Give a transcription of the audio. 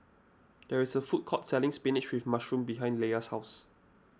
there is a food court selling Spinach with Mushroom behind Leia's house